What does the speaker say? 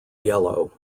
yellow